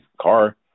car